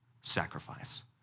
sacrifice